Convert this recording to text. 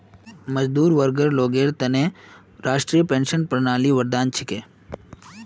मजदूर वर्गर लोगेर त न राष्ट्रीय पेंशन प्रणाली वरदान छिके